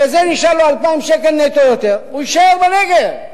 וזה, נשאר לו 2,000 נטו יותר, הוא יישאר בנגב.